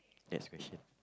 next question